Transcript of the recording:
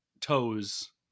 toes